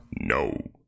No